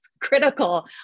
critical